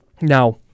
Now